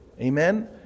Amen